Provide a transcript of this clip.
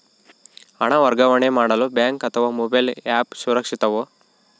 ಹಣ ವರ್ಗಾವಣೆ ಮಾಡಲು ಬ್ಯಾಂಕ್ ಅಥವಾ ಮೋಬೈಲ್ ಆ್ಯಪ್ ಸುರಕ್ಷಿತವೋ?